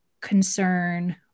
concern